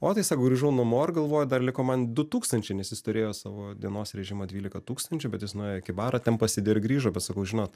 o tai sako grįžau namo ir galvoju dar liko man du tūkstančiai nes jis turėjo savo dienos rėžimą dvylika tūkstančių bet jis nuėjo iki baro ten pasėdi ir grįžo bet sakau žinot